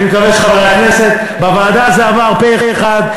בוועדה זה עבר פה-אחד,